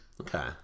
Okay